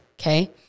Okay